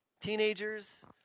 teenagers